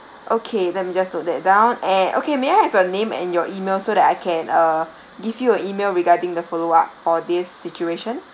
okay let me just note that down eh okay may I have your name and your email so that I can uh give you an email regarding the follow up for this situation